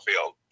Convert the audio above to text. field